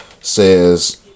says